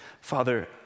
Father